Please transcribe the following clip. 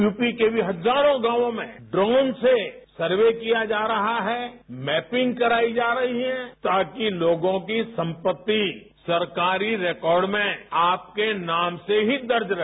UP के भी हजारों गांवों में ड्रोन से सर्वे किया जा रहा है मैपिंग कराई जा रही है ताकि लोगों की संपत्ति सरकारी रिकार्ड में आपके नाम से ही दर्ज रहे